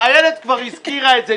איילת כבר הזכירה את זה,